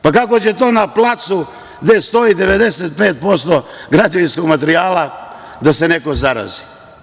Pa, kako će to na placu, gde stoji 95% građevinskog materijala, da se neko zarazi?